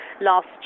last